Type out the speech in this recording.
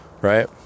right